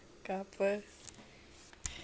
ke apa